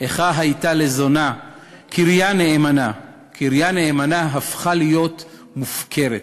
"איכה היתה לזונה קריה נאמנה" קריה נאמנה הפכה להיות מופקרת.